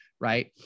right